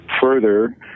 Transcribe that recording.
Further